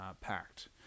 packed